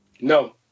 No